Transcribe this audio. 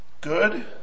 good